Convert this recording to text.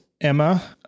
Emma